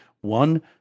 One